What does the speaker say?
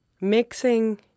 mixing